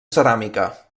ceràmica